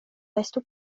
estu